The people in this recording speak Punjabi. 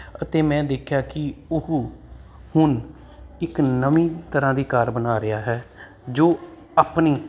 ਅਤੇ ਮੈਂ ਦੇਖਿਆ ਕਿ ਉਹ ਹੁਣ ਇੱਕ ਨਵੀਂ ਤਰ੍ਹਾਂ ਦੀ ਕਾਰ ਬਣਾ ਰਿਹਾ ਹੈ ਜੋ ਆਪਣੀ